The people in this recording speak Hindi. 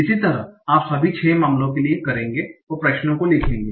इसी तरह आप सभी छह मामलों के लिए करेंगे और प्रश्नों को लिखेंगे